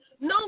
No